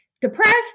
depressed